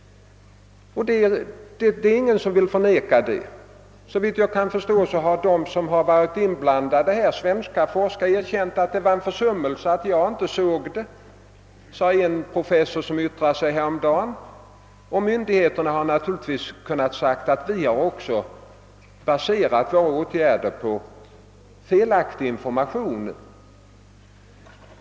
Ingen vill förneka den saken. Såvitt jag vet har de svenska forskare som varit inblandade i debatten erkänt dettå. Det var en försummelse att jag inte såg det, yttrade en professor häromdagen. Myndigheterna har naturligtvis kunnat säga att de har baserat sina åtgärder på felaktig information.